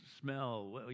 smell